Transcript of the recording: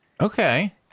okay